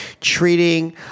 treating